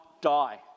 die